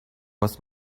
was